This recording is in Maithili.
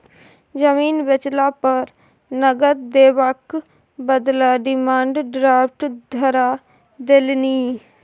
जमीन बेचला पर नगद देबाक बदला डिमांड ड्राफ्ट धरा देलनि